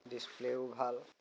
ডিচপ্লেও ভাল